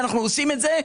ואנחנו עושים את זה,